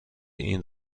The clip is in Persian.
این